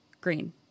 green